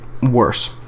worse